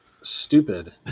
stupid